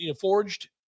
forged